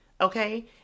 okay